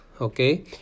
okay